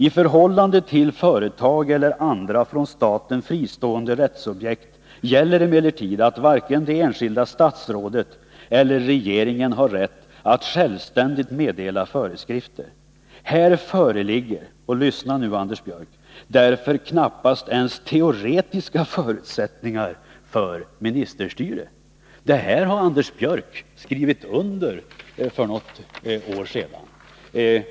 I förhållande till företag eller andra från staten fristående rättssubjekt gäller emellertid att varken det enskilda statsrådet eller regeringen har rätt att självständigt meddela föreskrifter. Här föreligger ”— lyssna nu Anders Björck —” därför knappast ens teoretiska förutsättningar för ”ministersty Det här har Anders Björck skrivit under för något år sedan.